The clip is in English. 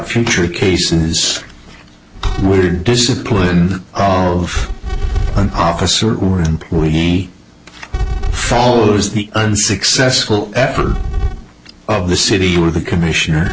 future cases where discipline oh of an officer and where he follows the unsuccessful effort of the city or the commissioner